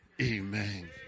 Amen